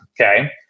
Okay